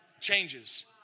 Changes